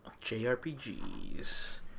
JRPGs